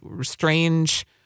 strange